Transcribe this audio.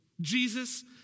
Jesus